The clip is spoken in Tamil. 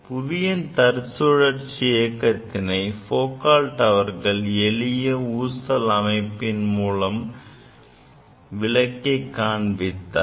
புவியின் தற்சுழற்சி இயக்கத்தினை Leon Foucault அவர்கள் எளிய ஊசல் அமைப்பின் மூலம் விளக்கி காண்பித்தார்